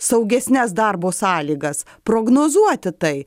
saugesnes darbo sąlygas prognozuoti tai